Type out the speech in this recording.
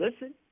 listen